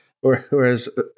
Whereas